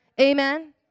amen